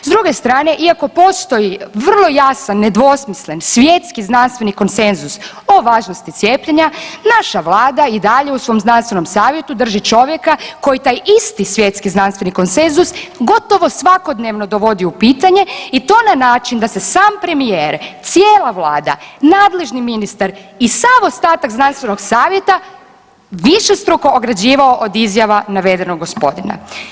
S druge strane iako postoji vrlo jasan nedvosmislen svjetski znanstveni konsenzus o važnosti cijepljenja naša Vlada i dalje u svom znanstvenom savjetu drži čovjeka koji taj isti svjetski znanstveni konsenzus gotovo svakodnevno dovodi u pitanje i to na način da se sam premijer, cijela Vlada, nadležni ministar i sav ostatak Znanstvenog savjeta višestruko ograđivao od izjava navedenog gospodina.